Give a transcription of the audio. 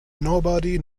nobody